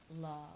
love